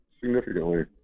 significantly